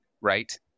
right